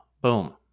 Boom